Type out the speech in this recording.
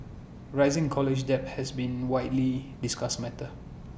rising college debt has been widely discussed matter